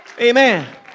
Amen